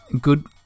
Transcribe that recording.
good